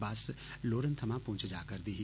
बस लोरन थमां पुंछ जा करदी ही